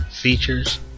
features